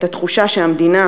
את התחושה שהמדינה,